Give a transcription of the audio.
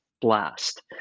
blast